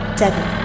seven